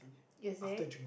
is it